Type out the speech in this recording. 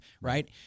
right